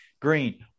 green